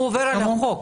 עובר על החוק.